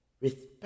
Respect